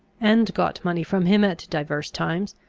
and got money from him at divers times.